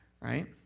right